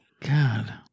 God